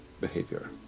behavior